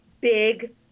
big